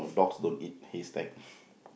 dogs don't eat hay stack